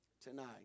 tonight